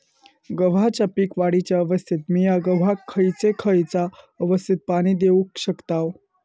गव्हाच्या पीक वाढीच्या अवस्थेत मिया गव्हाक खैयचा खैयचा अवस्थेत पाणी देउक शकताव?